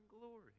glory